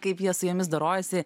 kaip jie su jumis dorojasi